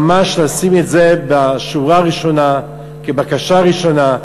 וממש לשים את זה בשורה הראשונה כבקשה ראשונה,